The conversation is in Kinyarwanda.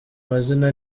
mazina